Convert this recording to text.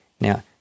Now